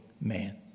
man